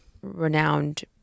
renowned